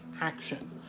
action